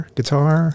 Guitar